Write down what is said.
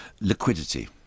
liquidity